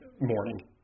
morning